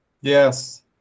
Yes